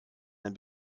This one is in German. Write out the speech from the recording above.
ein